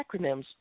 acronyms